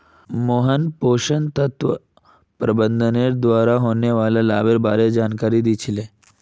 मोहन पोषण तत्व प्रबंधनेर द्वारा होने वाला लाभेर बार जानकारी दी छि ले